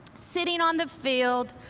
sitting on the field,